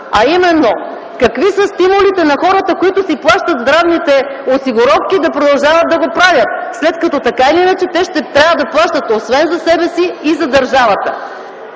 а именно какви са стимулите на хората, които плащат здравните си осигуровки, да продължават да го правят, след като така или иначе, те ще трябва да плащат освен за себе си, и за държавата?